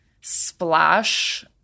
splash